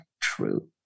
true